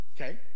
okay